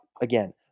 again